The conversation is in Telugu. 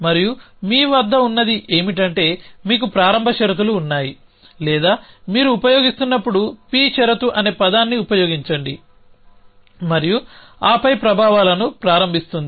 మరియు మీ వద్ద ఉన్నది ఏమిటంటే మీకు ప్రారంభ షరతులు ఉన్నాయి లేదా మీరు ఉపయోగిస్తున్నప్పుడు p షరతు అనే పదాన్ని ఉపయోగించండి మరియు ఆపై ప్రభావాలను ప్రారంభిస్తుంది